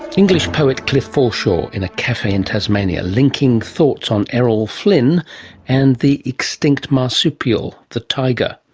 english poet cliff forshaw in a cafe in tasmania, linking thoughts on errol flynn and the extinct marsupial, the tiger.